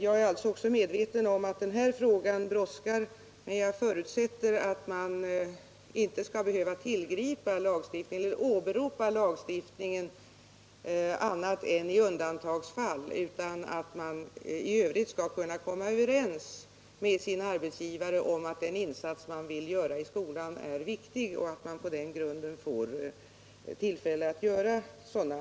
Jag är medveten om att frågans behandling brådskar, men jag förutsätter att man inte skall behöva åberopa lagstiftning annat än i undantagsfall. Jag hoppas att man skall kunna komma överens med sin arbetsgivare om att den insats man vill göra i skolan är viktig, så att man också får tillfälle att göra den.